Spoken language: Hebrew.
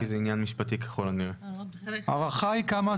כי זה עניין משפטי ככל הנראה.